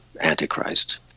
Antichrist